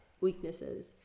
weaknesses